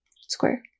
Square